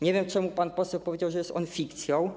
Nie wiem, czemu pan poseł powiedział, że jest on fikcją.